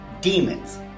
demons